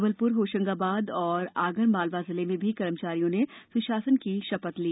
जबलप्र होशंगाबाद और आगर मालवा जिले में भी कर्मचारियों ने सुशासन की शपथ ली